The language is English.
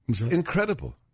incredible